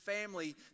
family